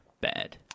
Bad